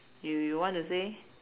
you you want to say